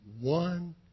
one